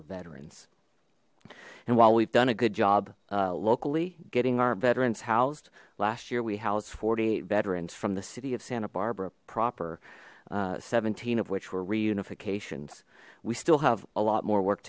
are veterans and while we've done a good job locally getting our veterans housed last year we housed forty eight veterans from the city of santa barbara proper seventeen of which were reunifications we still have a lot more work